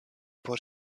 por